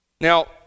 Now